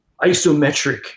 isometric